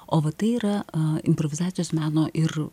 o va tai yra improvizacijos meno ir